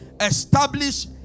establish